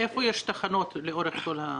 איפה יש תחנות לאורך כל התוואי?